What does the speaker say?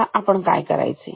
आता आपण काय करायचे